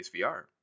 VR